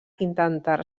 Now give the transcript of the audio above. intentar